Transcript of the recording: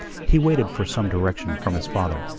he waited for some direction from his father.